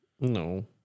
No